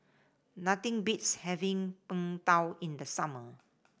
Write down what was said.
nothing beats having Png Tao in the summer